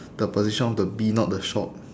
the position of the bee not the shop